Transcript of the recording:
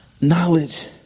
Knowledge